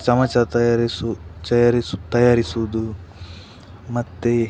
ಚಮಚ ತಯಾರಿಸು ತಯಾರಿಸು ತಯಾರಿಸುವುದು ಮತ್ತು